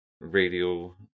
Radio